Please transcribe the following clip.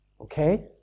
Okay